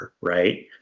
right